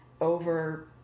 over